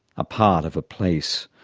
a part of a place.